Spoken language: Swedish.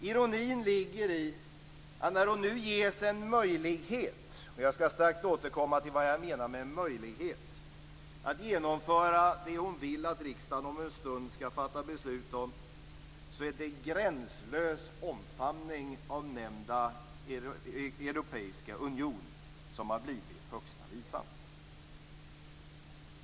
Ironin ligger i att när hon nu ges en möjlighet - jag strax återkomma till vad jag menar med en möjlighet - att genomföra det hon vill att riksdagen om en stund skall fatta beslut om, är det gränslös omfamning av nämnda europeiska union som har blivit högsta visa.